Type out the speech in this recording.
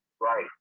Right